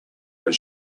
but